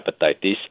hepatitis